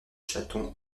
chaton